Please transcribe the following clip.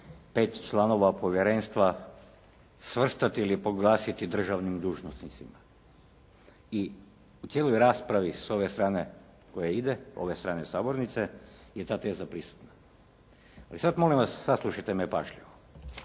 pet članova povjerenstva svrstati ili proglasiti državnim dužnosnicima i u cijeloj raspravi s ove strane koje ide, ove strane sabornice je ta teza prisutna. A sada molim vas, saslušajte me pažljivo.